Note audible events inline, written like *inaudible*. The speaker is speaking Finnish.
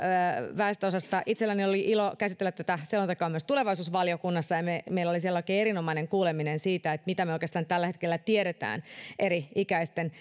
väestönosasta itselläni oli ilo käsitellä tätä selontekoa myös tulevaisuusvaliokunnassa ja meillä oli siellä oikein erinomainen kuuleminen siitä mitä me oikeastaan tällä hetkellä tiedämme eri ikäisten *unintelligible*